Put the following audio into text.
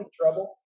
trouble